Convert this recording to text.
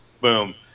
boom